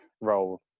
role